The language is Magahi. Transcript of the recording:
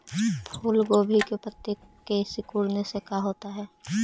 फूल गोभी के पत्ते के सिकुड़ने से का होता है?